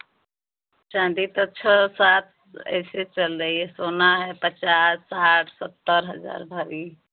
चाँदी तो छः सात ऐसे चल रही है सोना है पचास साठ सत्तर हज़ार भरी